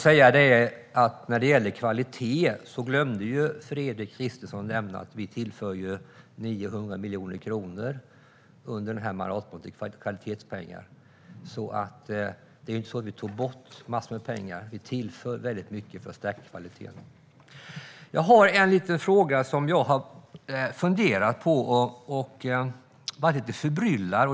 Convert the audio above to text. När det gäller kvalitet glömde Fredrik Christensson att nämna att vi tillför 900 miljoner kronor under mandatperioden som kvalitetspengar. Det är inte så att vi tog bort massor med pengar. Vi tillför väldigt mycket för att stärka kvaliteten. Jag har en liten fråga som jag har funderat på och som gjort mig lite förbryllad.